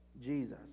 Jesus